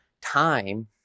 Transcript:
time